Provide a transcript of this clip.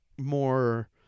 more